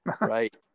right